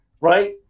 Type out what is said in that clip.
Right